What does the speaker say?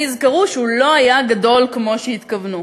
נזכרו שהוא לא היה גדול כמו שהתכוונו.